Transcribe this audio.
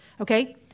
Okay